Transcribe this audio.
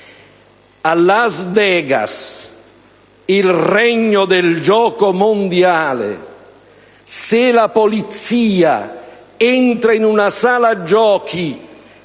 A Las Vegas, il regno del gioco mondiale, se la polizia entra in una sala giochi